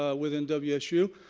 ah within wsu,